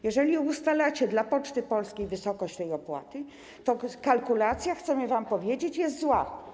Jeżeli ustalacie dla Poczty Polskiej wysokość tej opłaty, to kalkulacja, chcemy wam powiedzieć, jest zła.